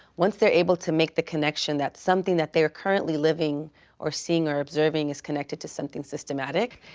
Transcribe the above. once they're able to make the connection that's something that they are currently living or seeing or observing is connected to something systemic,